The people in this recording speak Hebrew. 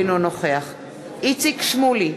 אינו נוכח איציק שמולי,